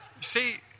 See